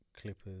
Clippers